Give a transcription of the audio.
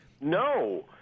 No